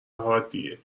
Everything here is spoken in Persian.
حادیه